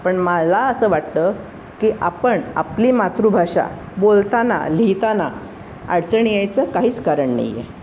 पण मला असं वाटतं की आपण आपली मातृभाषा बोलताना लिहिताना अडचण यायचं काहीच कारण नाही आहे